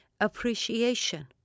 appreciation